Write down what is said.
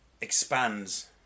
expands